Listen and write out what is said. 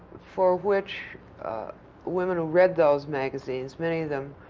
for which women who read those magazines, many of them,